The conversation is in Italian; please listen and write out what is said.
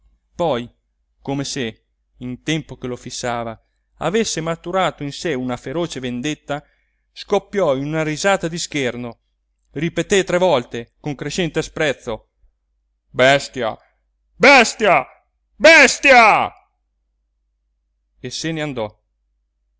poi come se in tempo che lo fissava avesse maturato in sé una feroce vendetta scoppiò in una risata di scherno ripeté tre volte con crescente sprezzo bestia bestia bestia e se n'andò